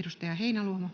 Edustaja Heinäluoma.